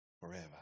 Forever